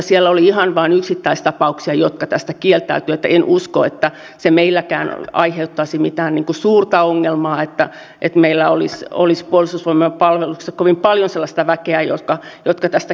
siellä oli ihan vain yksittäistapauksia jotka tästä kieltäytyivät niin että en usko että se meilläkään aiheuttaisi mitään suurta ongelmaa että meillä olisi puolustusvoimien palveluksessa kovin paljon sellaista väkeä jotka tästä kieltäytyisivät